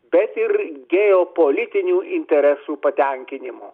bet ir geopolitinių interesų patenkinimo